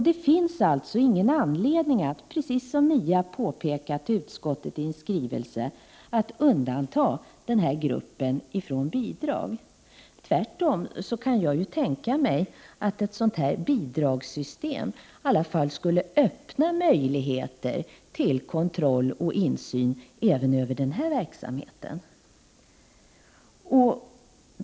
Det finns alltså ingen anledning, precis som NIA påpekat i en skrivelse till utskottet, att undanta den här gruppen från bidrag. Tvärtom kan jag tänka mig att bidragssystemet skulle kunna öppna möjligheter till kontroll och insyn i fråga om de privata adoptionerna.